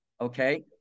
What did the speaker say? Okay